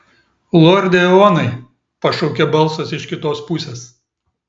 lorde eonai pašaukė balsas iš kitos pusės